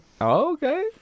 Okay